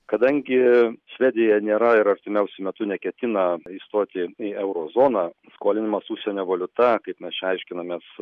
kadangi švedija nėra ir artimiausiu metu neketina įstoti į euro zoną skolinimas užsienio valiuta kaip mes čia aiškinamės